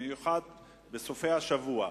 במיוחד בסופי-השבוע,